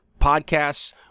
podcasts